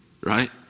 right